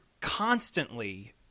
constantly